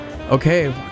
Okay